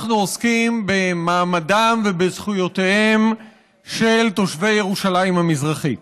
אנחנו עוסקים במעמדם ובזכויותיהם של תושבי ירושלים המזרחית.